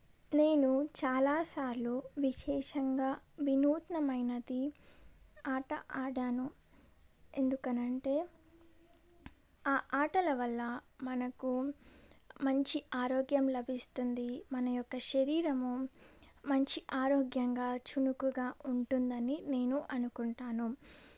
నేను చాలాసార్లు విశేషంగా వినూత్నమైనది ఆట ఆడాను ఎందుకనంటే ఆ ఆటల వల్ల మనకు మంచి ఆరోగ్యం లభిస్తుంది మన యొక్క శరీరము మంచి ఆరోగ్యంగా చురుకుగా ఉంటుందని నేను అనుకుంటాను